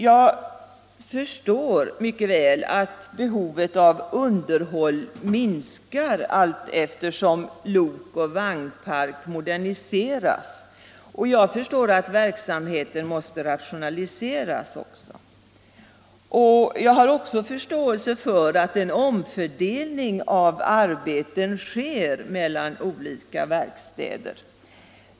Jag förstår mycket väl att behovet av underhåll minskar allteftersom lokoch vagnpark moderniseras, och att verksamheten måste rationaliseras. Jag har också förståelse för att omfördelning av arbeten sker mellan olika verkstäder.